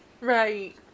Right